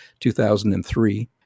2003